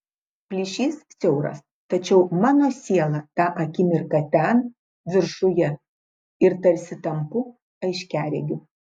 plyšys siauras tačiau mano siela tą akimirką ten viršuje ir tarsi tampu aiškiaregiu